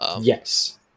Yes